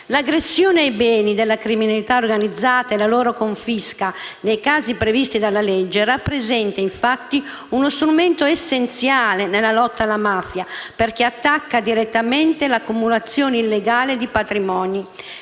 L'aggressione ai beni della criminalità organizzata e la loro confisca, nei casi previsti dalla legge, rappresenta, infatti, uno strumento essenziale nella lotta alla mafia perché attacca direttamente l'accumulazione illegale di patrimoni.